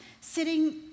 sitting